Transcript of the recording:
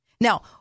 Now